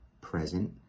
present